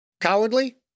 Cowardly